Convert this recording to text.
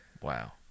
wow